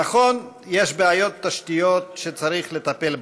נכון, יש בעיית תשתיות שצריך לטפל בה,